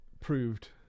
proved